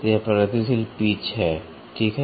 तो यह प्रगतिशील पिच है ठीक है